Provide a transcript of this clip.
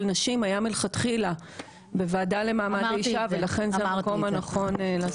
נשים היה מלכתחילה בוועדה למעמד האישה ולכן זה המקום הנכון.